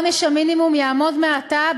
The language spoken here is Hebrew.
עונש המינימום יעמוד מעתה,